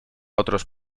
otros